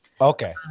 Okay